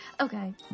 Okay